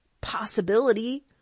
possibility